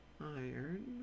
iron